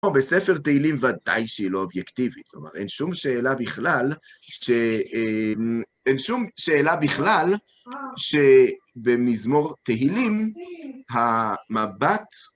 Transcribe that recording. פה, בספר תהילים, ודאי שהיא לא אובייקטיבית. כלומר, אין שום שאלה בכלל ש... אמ... אין שום שאלה בכלל, שבמזמור תהילים המבט...